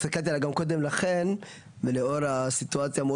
הסתכלתי עליה גם קודם לכן ולאור הסיטואציה המאוד